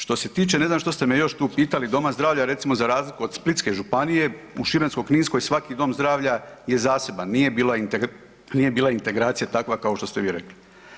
Što se tiče, ne znam što ste me još tu pitali, doma zdravlja recimo za razliku od Splitske županije u Šibensko-kninskoj svaki dom zdravlja je zaseban, nije bila integracija takva kao što ste vi rekli.